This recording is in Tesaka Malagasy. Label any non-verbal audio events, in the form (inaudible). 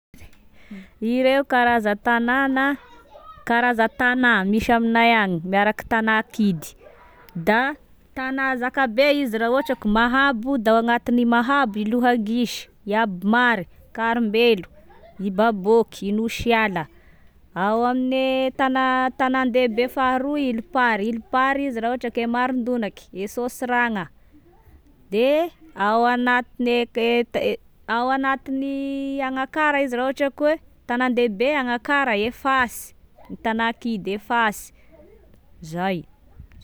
(noise) Ireo karaza-tanana, karaza-tana misy aminay agny miaraky tana kidy: da tana zakabe izy raha ohatrako Mahabo, da agnatiny Mahabo i Lohagisy, i Abomary, Karimbelo, i Babôky, i Nosiala, ao amile tana- tanan-dehibe faharoy Ilopary, Ilopary izy raha ohatra ke Marondonaky, e Sôsiragna, de ao anatigne (hesitation) ao anatiny Agnakara izy raha ohatra koa hoe tanan-dehibe Agnakara Efasy, tana kidy Efasy zay